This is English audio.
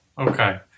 okay